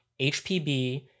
HPB